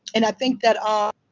and i think that ah